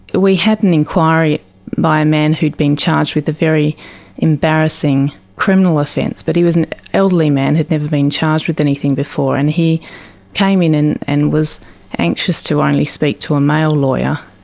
we had an enquiry by a man who'd been charged with a very embarrassing criminal offence, but he was an elderly man, had never been charged with anything before, and he came in and and was anxious to only speak to a male lawyer,